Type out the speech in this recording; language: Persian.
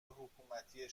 حکومتی